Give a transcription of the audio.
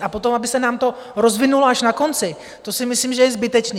A potom aby se nám to rozvinulo až na konci, to si myslím, že je zbytečné.